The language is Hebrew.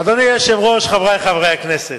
אדוני היושב-ראש, חברי חברי הכנסת,